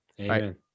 Amen